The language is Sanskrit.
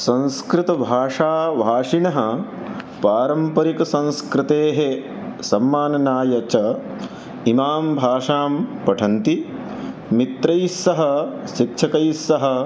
संस्कृतभाषाभाषिणः पारम्परिकसंस्कृतेः सम्माननाय च इमां भाषां पठन्ति मित्रैः सह शिक्षकैः सह